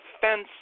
fence